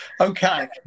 okay